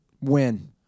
Win